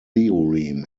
theorem